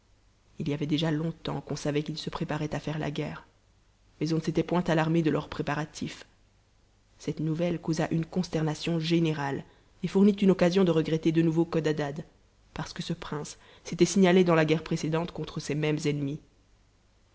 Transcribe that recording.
ii y avait déjà longtemps qu'on savait qu'ils se préparaient à faire la guerre mais on ne s'était point alarmé de leurs préparatifs cette nouvelle causa une consternation générale et fournit une occasion de regretter de nouveau codadad parce que ce prince s'était signalé dans la guerre précédente contre ces mêmes ennemis